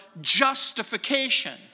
justification